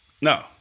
No